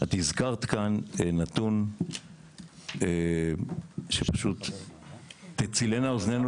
את הזכרת כאן נתון שפשוט תצילנה אוזנינו